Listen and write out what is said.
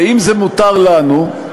ואם זה מותר לנו,